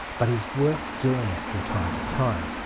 but it is worth doing it from time to time.